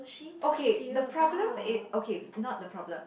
okay the problem is okay not the problem